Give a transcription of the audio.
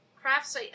crafts